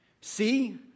See